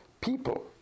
people